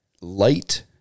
light